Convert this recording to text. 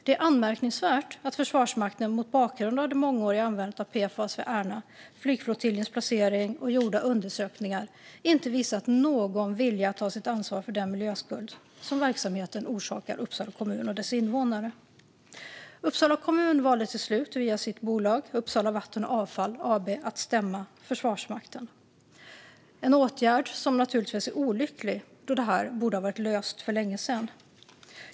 Det är anmärkningsvärt att Försvarsmakten mot bakgrund av det mångåriga användandet av PFAS vid Ärna, flygflottiljens placering och gjorda undersökningar inte visat någon vilja att ta sitt ansvar för den miljöskuld som verksamheten orsakar Uppsala kommun och dess invånare. Uppsala kommun valde till slut att via sitt bolag Uppsala Vatten och Avfall AB stämma Försvarsmakten. Denna åtgärd är givetvis olycklig då detta borde ha varit löst för länge sedan.